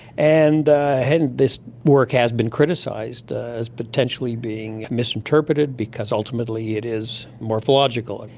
and and this work has been criticised as potentially being misinterpreted because ultimately it is morphological. and